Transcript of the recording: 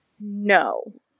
No